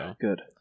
good